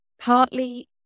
partly